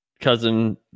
cousin